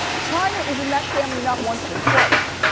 chyna is in that family, not once, but twice.